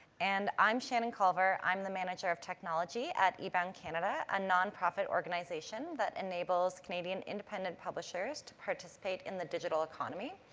and i'm shannon culver. i'm the manager of technology at ebound canada, a non-profit organisation that enables canadian independent publishers to participate in the digital economy.